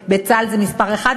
שבצה"ל זה הגורם מספר אחת,